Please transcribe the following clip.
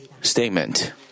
statement